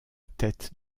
tête